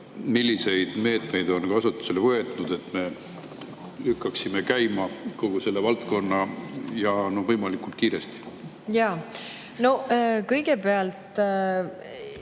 milliseid meetmeid on kasutusele võetud, et me lükkaksime käima kogu selle valdkonna, ja võimalikult kiiresti? Anti Poolamets,